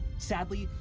sadly,